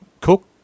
cook